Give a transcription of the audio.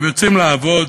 ויוצאים לעבוד.